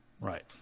right